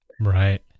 Right